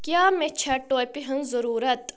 کیاہ مٚے چھا ٹوپہِ ہٕنز ضرورت ؟